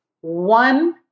one